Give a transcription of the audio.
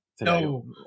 No